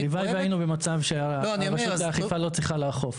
הלוואי שהינו במצב שרשות האכיפה לא צריכה לאכוף,